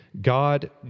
God